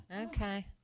Okay